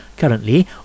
Currently